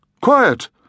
quiet